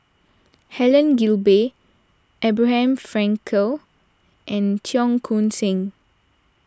Helen Gilbey Abraham Frankel and Cheong Koon Seng